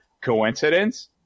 Coincidence